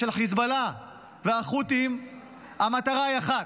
של חיזבאללה ושל החות'ים היא אחת: